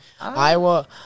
Iowa